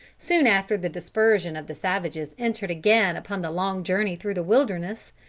soon after the dispersion of the savages entered again upon the long journey through the wilderness,